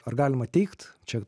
ar galima teigt čia